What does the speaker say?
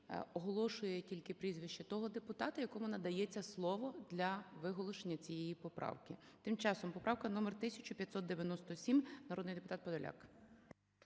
оголошує тільки прізвище того депутата, якому надається слово для виголошення цієї поправки. Тим часом поправка номер 1597. Народний депутат Подоляк.